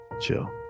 chill